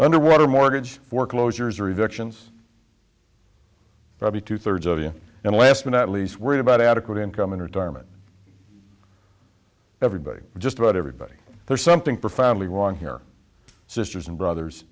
underwater mortgage foreclosures reductions probably two thirds of you and last but not least worried about adequate income in retirement everybody just about everybody there's something profoundly wrong here sisters and brothers